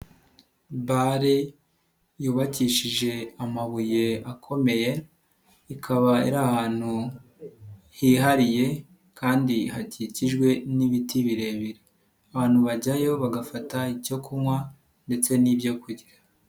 Bare yubakishije amabuye akomeye, ikaba ari ahantu hihariye kandi hakikijwe n'ibiti birebire, abantu bajyayo bagafata icyo kunywa ndetse n'ibyokurya.